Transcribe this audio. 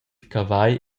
cavagl